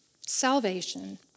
salvation